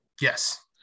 Yes